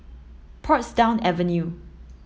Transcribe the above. Portsdown Avenue